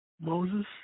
Moses